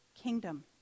kingdom